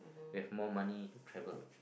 we have more money to travel